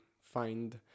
find